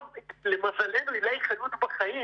למזלנו עילי חיות בחיים